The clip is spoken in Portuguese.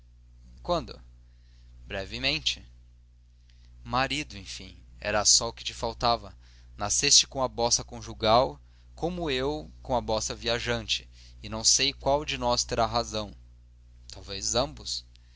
quando brevemente marido enfim era só o que te faltava nasceste com a bossa conjugal como eu com a bossa viajante e não sei qual de nós terá razão talvez ambos